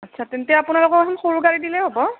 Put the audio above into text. আচ্ছা তেন্তে আপোনালোকক এখন সৰু গাড়ী দিলেই হ'ব